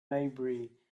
maybury